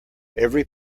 every